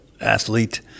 athlete